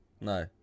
No